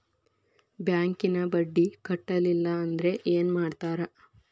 ಬ್ಯಾಂಕಿನ ಬಡ್ಡಿ ಕಟ್ಟಲಿಲ್ಲ ಅಂದ್ರೆ ಏನ್ ಮಾಡ್ತಾರ?